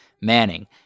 Manning